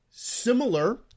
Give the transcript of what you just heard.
Similar